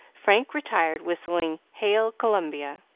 frank retired, whistling hail columbia.